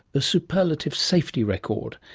a superlative safety record,